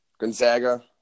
Gonzaga